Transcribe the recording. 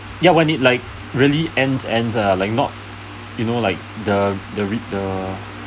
ya when it likes really end end lah like not you know like the the re the